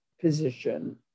position